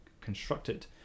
constructed